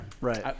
right